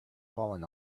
fallen